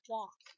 Walk